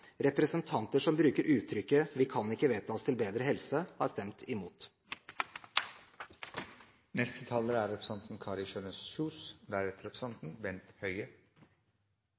Representanter som bruker uttrykket «vi kan ikke vedta oss til bedre helse», har stemt imot.